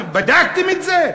בדקתם את זה?